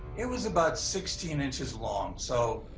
it was about sixteen inches long. so,